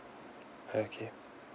okay